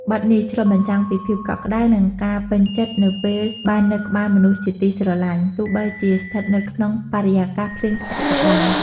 បទនេះឆ្លុះបញ្ចាំងពីភាពកក់ក្តៅ និងការពេញចិត្តនៅពេលបាននៅក្បែរមនុស្សជាទីស្រឡាញ់ បើទោះជាស្ថិតនៅក្នុងបរិយាកាសភ្លៀងធ្លាក់ក៏ដោយ។